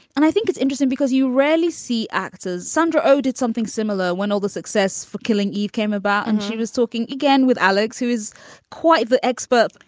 and i think it's interesting because you rarely see actors. sandra oh did something similar when all the success for killing eve came about. and she was talking again with alex, who is quite the expert.